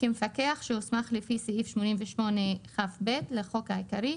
כמפקח שהוסמך לפי סעיף 88כב לחוק העיקרי,